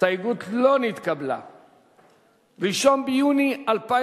ההסתייגות מס' 2 לחלופין ה-13 של קבוצת סיעת האיחוד הלאומי לסעיף